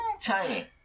Tiny